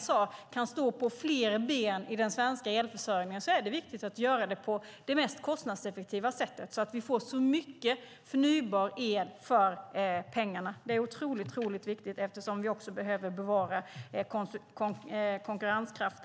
sade kan stå på fler ben i den svenska elförsörjningen, är det viktigt att göra det på det mest kostnadseffektiva sättet så att det blir så mycket förnybar el som möjligt för pengarna. Det är otroligt viktigt eftersom vi också behöver bevara konkurrenskraften.